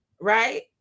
right